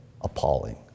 appalling